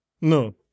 no